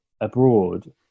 abroad